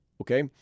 Okay